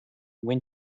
went